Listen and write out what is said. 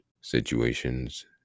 situations